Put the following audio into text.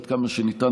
עד כמה שניתן,